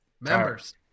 members